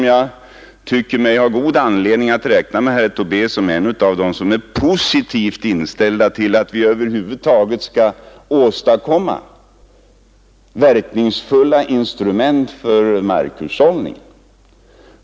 Jag tycker mig ha god anledning att räkna med herr Tobé såsom en av dem som är positivt inställda till att vi över huvud taget skall skaffa oss verkningsfulla instrument för markhushållning.